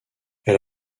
elle